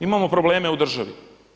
Imamo probleme u državi.